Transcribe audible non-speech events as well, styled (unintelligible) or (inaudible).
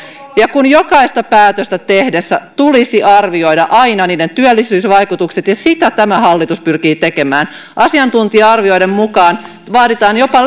jokaista päätöstä tehdessä tulisi arvioida aina sen työllisyysvaikutukset ja sitä tämä hallitus pyrkii tekemään asiantuntija arvioiden mukaan vaaditaan jopa (unintelligible)